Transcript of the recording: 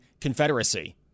Confederacy